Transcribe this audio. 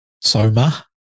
Soma